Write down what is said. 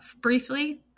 briefly